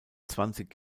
zwanzig